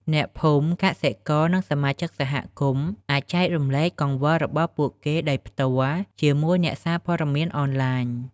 អ្នកភូមិ កសិករ និងសមាជិកសហគមន៍អាចចែករំលែកកង្វល់របស់ពួកគេដោយផ្ទាល់ជាមួយអ្នកសារព័ត៌មានអនឡាញ។